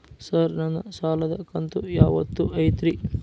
Sir ನನ್ನ ಸಾಲದ ಕಂತು ಯಾವತ್ತೂ ಐತ್ರಿ?